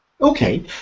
Okay